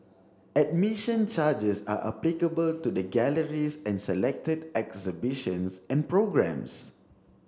admission charges are applicable to the galleries and selected exhibitions and programmes